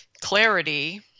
clarity